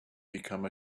become